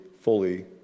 fully